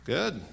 Good